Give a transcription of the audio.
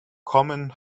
common